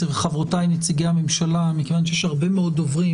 מחברותיי וחבריי נציגי הממשלה כיון שיש הרבה מאוד דוברים